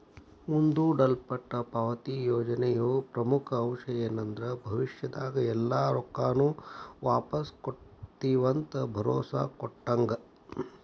ಮುಂದೂಡಲ್ಪಟ್ಟ ಪಾವತಿ ಯೋಜನೆಯ ಪ್ರಮುಖ ಅಂಶ ಏನಂದ್ರ ಭವಿಷ್ಯದಾಗ ಎಲ್ಲಾ ರೊಕ್ಕಾನು ವಾಪಾಸ್ ಕೊಡ್ತಿವಂತ ಭರೋಸಾ ಕೊಟ್ಟಂಗ